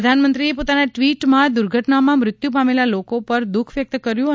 પ્રધાનમંત્રીએ પોતાના ટવીટમાં દુર્ઘટનામાં મૃત્યુ પામેલા લોકો પર દુઃખ વ્યકત કર્યુ હતું